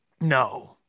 No